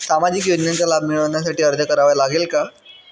सामाजिक योजनांचा लाभ मिळविण्यासाठी अर्ज करावा लागेल का?